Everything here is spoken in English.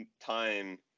time